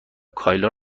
کایلا